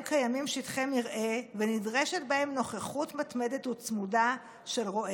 קיימים שטחי מרעה ונדרשת בהם נוכחות מתמדת וצמודה של רועה.